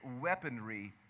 weaponry